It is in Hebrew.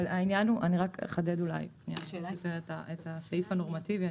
אני אחדד את הסעיף הנורמטיבי.